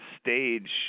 stage